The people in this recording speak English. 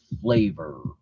flavor